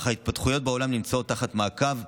אך ההתפתחויות בעולם נמצאות תחת מעקב,